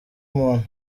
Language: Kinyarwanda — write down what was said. umuntu